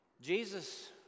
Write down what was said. Jesus